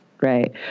right